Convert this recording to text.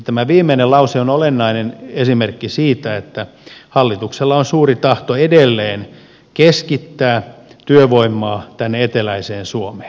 tämä viimeinen lause on olennainen esimerkki siitä että hallituksella on suuri tahto edelleen keskittää työvoimaa tänne eteläiseen suomeen